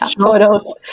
photos